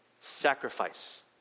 sacrifice